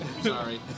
Sorry